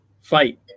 fight